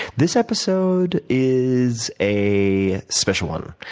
this episode is a special one.